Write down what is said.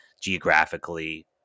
geographically